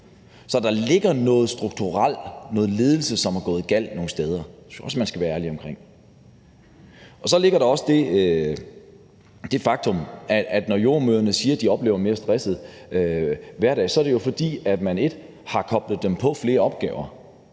Så der ligger noget strukturelt, noget ledelsesmæssigt, som nogle steder er gået galt. Det synes jeg også man skal være ærlig omkring. Så er der også det faktum, at når jordemødrene siger, at de oplever en mere stresset hverdag, er det også, fordi man har koblet dem på flere opgaver.